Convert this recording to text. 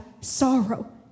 sorrow